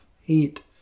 heat